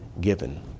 given